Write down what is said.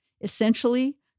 Essentially